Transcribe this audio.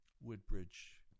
Woodbridge